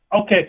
Okay